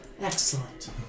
Excellent